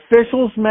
official's